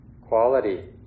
quality